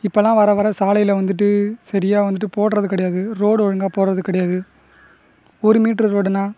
இப்பெல்லாம் வர வர சாலையில் வந்துட்டு சரியாக வந்துட்டு போடுறது கிடையாது ரோடு ஒழுங்காக போடுறது கிடையாது ஒரு மீட்ரு ரோடுனால்